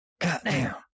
Goddamn